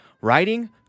Writing